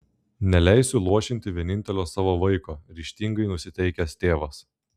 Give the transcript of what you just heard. neleisiu luošinti vienintelio savo vaiko ryžtingai nusiteikęs tėvas